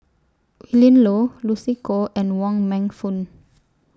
Willin Low Lucy Koh and Wong Meng Voon